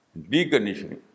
deconditioning